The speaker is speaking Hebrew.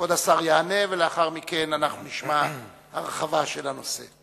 כבוד השר יענה, ולאחר מכן נשמע הרחבה של הנושא.